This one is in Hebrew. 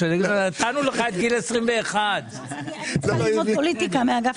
הם יגידו לו: "נתנו לך את גיל 21". צריך ללמוד פוליטיקה מאגף התקציבים.